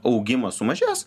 augimas sumažės